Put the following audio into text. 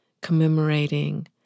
commemorating